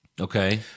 Okay